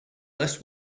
less